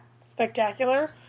spectacular